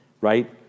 Right